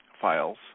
files